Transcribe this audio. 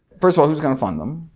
first of all, who's going to fund them?